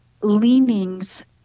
leanings